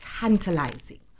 tantalizing